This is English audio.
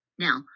Now